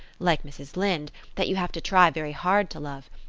like mrs. lynde, that you have to try very hard to love.